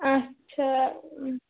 اچھا